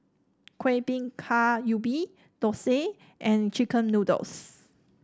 Kueh Bingka Ubi Dosa and chicken noodles